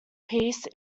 peace